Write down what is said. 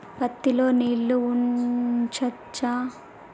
పత్తి లో నీళ్లు ఉంచచ్చా?